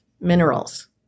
minerals